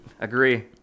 Agree